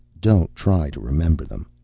don't try to remember them.